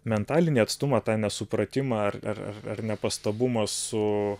mentalinį atstumą tą nesupratimą ar ar nepastabumą su